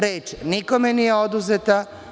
Reč nikome nije oduzeta.